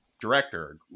director